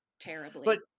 terribly